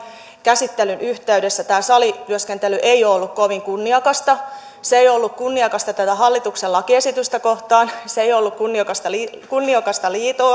käsittelyn yhteydessä salityöskentely ei ole ollut kovin kunniakasta se ei ole ollut kunniakasta tätä hallituksen lakiesitystä kohtaan se ei ole ollut kunniakasta liito